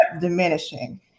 diminishing